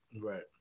Right